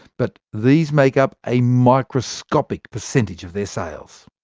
but these make up a microscopic percentage of their sales.